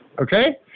Okay